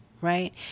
right